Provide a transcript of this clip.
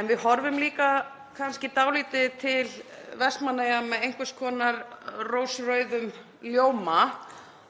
En við horfum líka kannski dálítið til Vestmannaeyja í einhvers konar rósrauðum ljóma